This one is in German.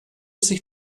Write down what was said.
sich